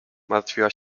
martwiła